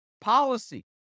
policy